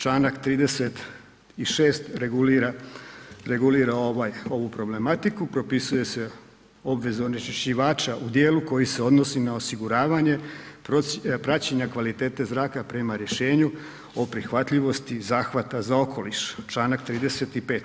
Članak 36. regulira ovaj, ovu problematiku, propisuje obveza onečišćivača u dijelu koji se odnosi na osiguranje praćenja kvalitete zraka prema rješenju o prihvatljivosti zahvata za okoliš, Članak 35.